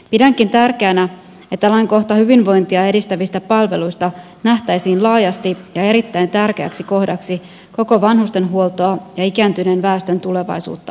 pidänkin tärkeänä että lainkohta hyvinvointia edistävistä palveluista nähtäisiin laajasti ja erittäin tärkeäksi kohdaksi koko vanhustenhuoltoa ja ikääntyneen väestön tulevaisuutta ajatellen